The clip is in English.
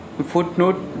Footnote